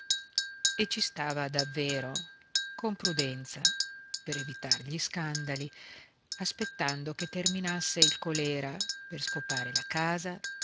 e ci stava davvero con prudenza per evitar gli scandali aspettando che terminasse il colèra per scopare la casa